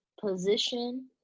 position